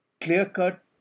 clear-cut